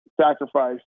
sacrifice